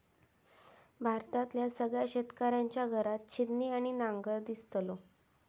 भारतातल्या सगळ्या शेतकऱ्यांच्या घरात छिन्नी आणि नांगर दिसतलो